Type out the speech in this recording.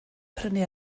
prynu